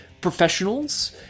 professionals